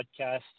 podcast